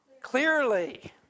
clearly